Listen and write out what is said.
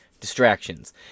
distractions